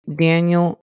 Daniel